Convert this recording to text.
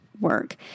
Work